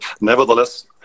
Nevertheless